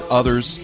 others